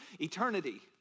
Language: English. eternity